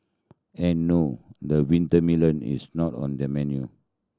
and no the winter melon is not on the menu